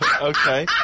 Okay